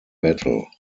battle